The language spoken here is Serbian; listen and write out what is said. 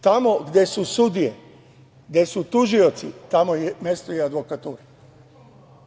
Tamo gde su sudije, gde su tužioci, tamo je mesto i advokaturi.